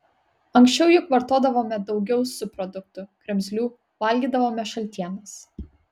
anksčiau juk vartodavome daugiau subproduktų kremzlių valgydavome šaltienas